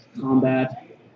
combat